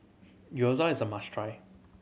gyoza is a must try